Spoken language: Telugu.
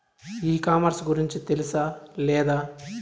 ఈ కామర్స్ గురించి తెలుసా లేదా?